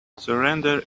surrender